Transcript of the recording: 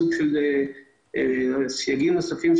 סייגים נוספים.